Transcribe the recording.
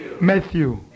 Matthew